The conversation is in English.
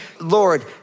Lord